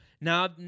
now